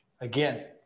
again